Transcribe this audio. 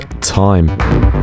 time